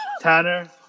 Tanner